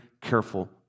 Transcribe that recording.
careful